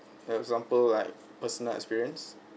example like personal experience